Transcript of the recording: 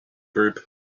group